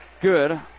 Good